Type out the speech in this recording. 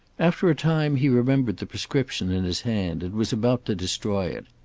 after a time he remembered the prescription in his hand, and was about to destroy it.